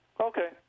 Okay